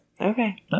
Okay